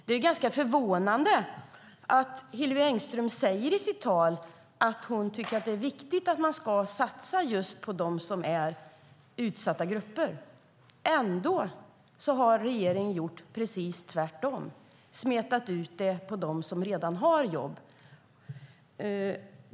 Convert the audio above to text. Det är förvånande att Hillevi Engström säger att det är viktigt att satsa på de utsatta grupperna när regeringen har gjort precis tvärtom och smetat ut det på dem som redan har jobb.